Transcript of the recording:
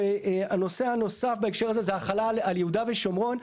הנושא הנוסף בהקשר הזה זה החלה על יהודה ושומרון.